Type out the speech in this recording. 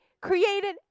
created